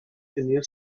tenia